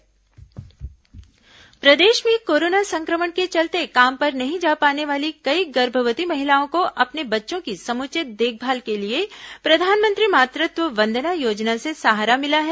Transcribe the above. प्रधानमंत्री मातृत्व वंदना योजना प्रदेश में कोरोना संक्रमण के चलते काम पर नहीं जा पाने वाली कई गर्भवती महिलाओं को अपने बच्चों की समुचित देखभाल के लिए प्रधानमंत्री मातृत्व वंदना योजना से सहारा मिला है